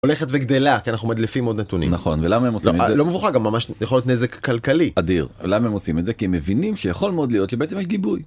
הולכת וגדלה כי אנחנו מדליפים עוד נתונים נכון ולמה הם עושים את זה? לא מבוכה גם ממש יכול להיות נזק כלכלי. אדיר. למה עושים את זה כי הם מבינים שיכול מאוד להיות שבעצם יש גיבוי.